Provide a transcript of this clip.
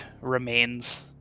remains